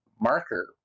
marker